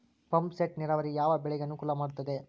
Pump set ನೇರಾವರಿ ಯಾವ್ ಬೆಳೆಗೆ ಅನುಕೂಲ ಮಾಡುತ್ತದೆ?